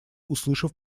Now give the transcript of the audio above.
услышав